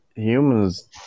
Humans